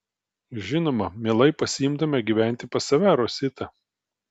žinoma mielai pasiimtume gyventi pas save rositą